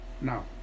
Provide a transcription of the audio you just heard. Now